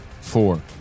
four